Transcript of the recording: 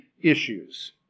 issues